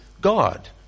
God